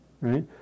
right